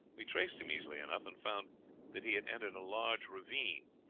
we traced him easily enough, and found that he had entered a large ravine,